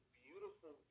beautiful